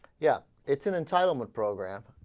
yeah it's an entitlement program ah.